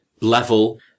level